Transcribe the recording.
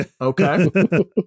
Okay